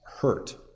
hurt